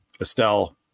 Estelle